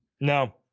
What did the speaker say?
No